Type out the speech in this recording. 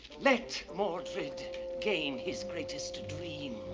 let mordred gain his greatest dream.